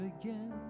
again